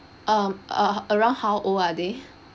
um u~ uh around how old are they